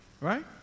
right